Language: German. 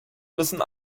müssen